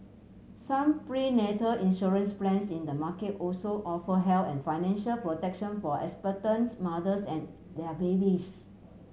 some prenatal insurance plans in the market also offer health and financial protection for expectant mothers and their babies